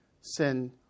sin